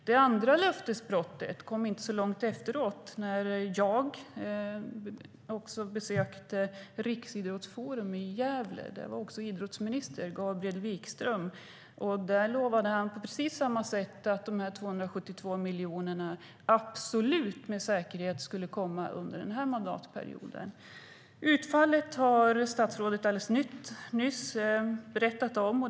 Det andra löftesbrottet kom inte så långt efteråt när jag och andra besökte Riksidrottsforum i Gävle. Där var också idrottsminister Gabriel Wikström. Där lovade han på precis samma sätt att dessa 272 miljoner absolut och med säkerhet skulle komma under den här mandatperioden. Utfallet har statsrådet alldeles nyss berättat om.